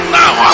now